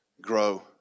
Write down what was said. grow